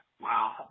Wow